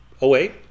away